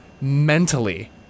Mentally